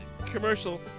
commercial